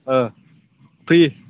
free